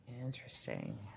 interesting